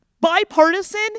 bipartisan